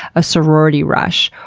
a sorority rush,